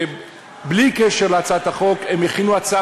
שבלי קשר להצעת החוק הם הכינו הצעה